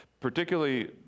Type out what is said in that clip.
particularly